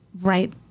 right